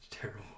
terrible